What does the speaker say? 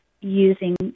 using